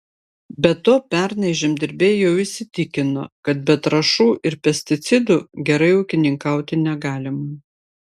be to pernai žemdirbiai jau įsitikino kad be trąšų ir pesticidų gerai ūkininkauti negalima